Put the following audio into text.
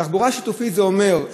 תחבורה שיתופית זה אומר,